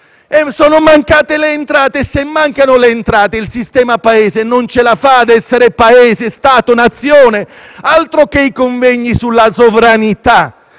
sono mancate le entrate. Se mancano le entrate, il sistema Paese non ce la fa ad essere Paese, Stato e Nazione. Altro che convegni sulla sovranità,